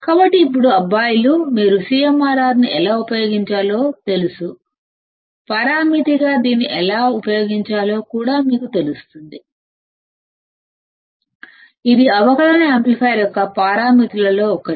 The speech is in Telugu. కాబట్టి ఇప్పుడు అబ్బాయిలు మీకు CMRR ను ఎలా ఉపయోగించాలో తెలుసు పరామితిగా దీన్ని ఎలా ఉపయోగించాలో కూడా మీకు తెలుస్తుంది ఇది అవకలన యాంప్లిఫైయర్ యొక్క పారామితులలో ఒకటి